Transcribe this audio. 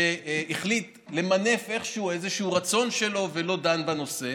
שהחליט למנף איכשהו איזה רצון שלו ולא דן בנושא.